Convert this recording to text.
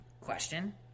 Question